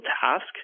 task